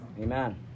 Amen